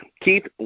Keith